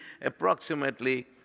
approximately